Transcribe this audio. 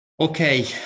Okay